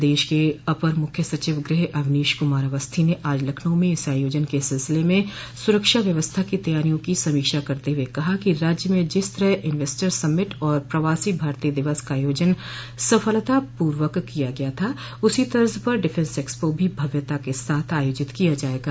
प्रदेश के अपर मुख्य सचिव गृह अवनीश कुमार अवस्थी ने आज लखनऊ में इस आयोजन के सिलसिले में सुरक्षा व्यवस्था की तैयारियों की समीक्षा करते हुए कहा कि राज्य में जिस तरह इन्वेस्टर्स समिट और प्रवासी भारतीय दिवस का आयोजन सफलतापूर्वक किया गया था उसी तर्ज़ पर डिफेंस एक्सपो भी भव्यता के साथ आयोजित किया जायेगा